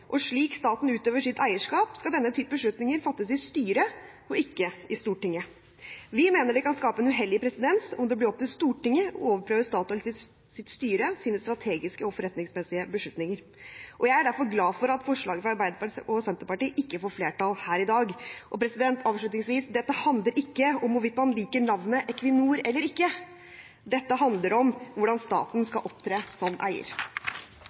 og slik staten utøver sitt eierskap, skal denne type beslutninger fattes i styret og ikke i Stortinget. Vi mener det kan skape en uheldig presedens om det blir opp til Stortinget å overprøve Statoils styres strategiske og forretningsmessige beslutninger. Jeg er derfor glad for at forslaget fra Arbeiderpartiet og Senterpartiet ikke får flertall her i dag. Avslutningsvis: Dette handler ikke om hvorvidt man liker navnet Equinor eller ikke. Dette handler om hvordan staten skal opptre som eier.